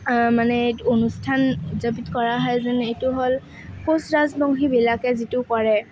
মানে অনুষ্ঠান উদযাপিত কৰা হয় যেনে এইটো হ'ল কোঁচ ৰাজবংশীবিলাকে যিটো কৰে